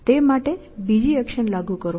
તે માટે બીજી એક્શન લાગુ કરો